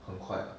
很快 [what]